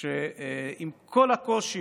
שעם כל הקושי